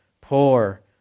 poor